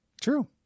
True